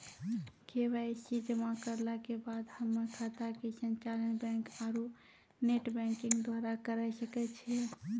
KYC जमा करला के बाद हम्मय खाता के संचालन बैक आरू नेटबैंकिंग द्वारा करे सकय छियै?